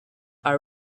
are